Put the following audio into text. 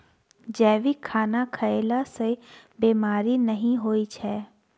जैविक खाना खएला सँ बेमारी नहि होइ छै